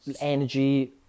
energy